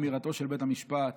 אמירתו של בית המשפט